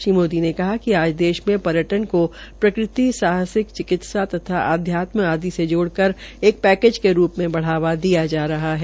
श्री मोदी ने कहा कि आज देश में पर्यटन को प्रकृति साहसिक चिकित्सा तथा आध्यात्म आदि से जोड़कर एक पकैज के रूप में बढ़ावा दिया जा रहा है